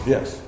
Yes